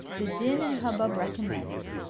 the din and hubbub recommenced.